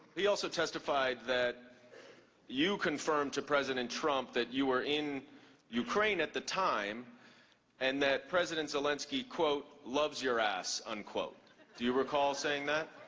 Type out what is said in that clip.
he also testified that you confirmed to president trump that you were in ukraine at the time and that president zelensky loves your ass. and do you recall saying that?